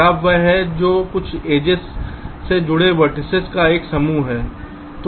graph वह है जो कुछ एजेस से जुड़े वेर्तिसेस का एक समूह है